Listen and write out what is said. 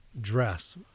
dress